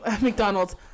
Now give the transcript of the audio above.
McDonald's